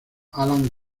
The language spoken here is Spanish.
alan